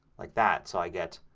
like that. so i get